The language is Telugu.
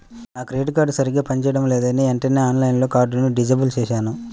నా క్రెడిట్ కార్డు సరిగ్గా పని చేయడం లేదని వెంటనే ఆన్లైన్లో కార్డుని డిజేబుల్ చేశాను